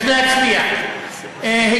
אני רק רוצה להבין לאן אתה נואם,